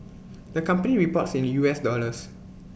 the company reports in U S dollars